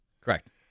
Correct